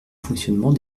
fonctionnement